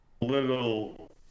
little